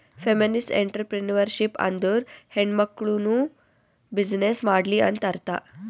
feminist entrepreneurship ಅಂದುರ್ ಹೆಣ್ಮಕುಳ್ನೂ business ಮಾಡ್ಲಿ ಅಂತ್ ಅರ್ಥಾ